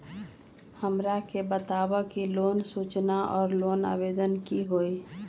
हमरा के बताव कि लोन सूचना और लोन आवेदन की होई?